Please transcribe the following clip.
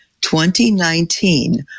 2019